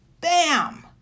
BAM